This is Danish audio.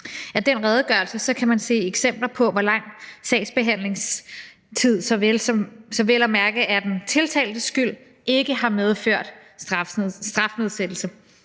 Af den redegørelse kan man se eksempler på, hvor lang sagsbehandlingstid, som vel at mærke er den tiltaltes skyld, der ikke har medført strafnedsættelse.